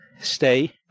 Stay